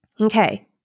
Okay